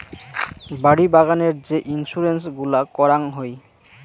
বাড়ি বাগানের যে ইন্সুরেন্স গুলা করাং হই